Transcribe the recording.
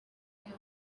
kumwe